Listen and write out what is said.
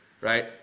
right